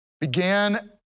began